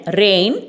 rain